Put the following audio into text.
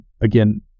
again